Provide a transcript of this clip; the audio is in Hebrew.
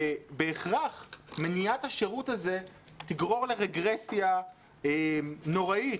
בהכרח מניעת השירות הזה תגרור לרגרסיה נוראית